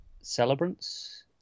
celebrants